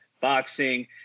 Boxing